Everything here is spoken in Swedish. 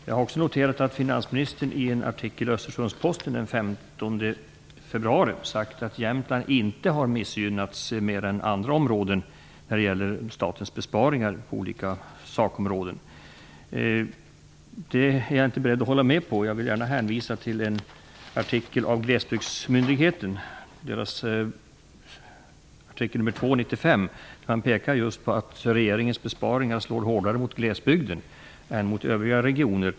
Jag har också noterat att finansministern i en artikel i Östersunds-Posten den 15 februari sagt att Jämtland inte har missgynnats mer än andra län när det gäller statens besparingar på olika sakområden. Det är jag inte beredd att hålla med om. Jag vill gärna hänvisa till artikel nr 2 år 1995 från Glesbygdsmyndigheten. Man pekar där just på att regeringens besparingar slår hårdare mot glesbygden än mot övriga regioner.